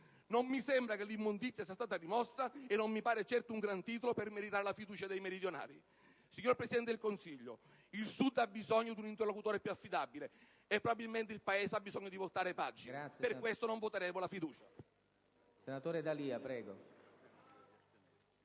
Non mi sembra che l'immondizia sia stata rimossa e, comunque, questo non mi pare certo un gran titolo per meritare la fiducia dei meridionali. Signor Presidente del Consiglio, il Sud ha bisogno di un interlocutore più affidabile e, probabilmente, il Paese ha bisogno di voltare pagina. Per questo, non voteremo la fiducia.